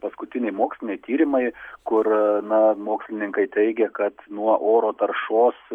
paskutiniai moksliniai tyrimai kur na mokslininkai teigia kad nuo oro taršos